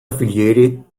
affiliated